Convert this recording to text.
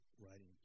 writing